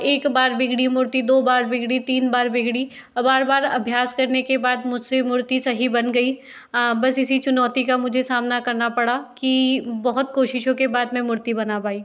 एक बार बिगड़ी मूर्ति दो बार बिगड़ी तीन बार बिगड़ी बार बार अभ्यास करने के बाद मुझसे मूर्ति सही बन गयी बस इसी चुनौती का मुझे सामना करना पड़ा कि बहुत कोशिशों के बाद मैं मूर्ति बना पायी